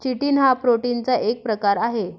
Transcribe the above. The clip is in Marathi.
चिटिन हा प्रोटीनचा एक प्रकार आहे